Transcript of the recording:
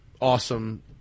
awesome